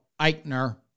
Eichner